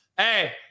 Hey